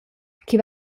che